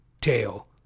tail